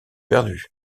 perdu